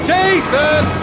Jason